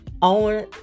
on